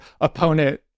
opponent